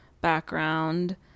background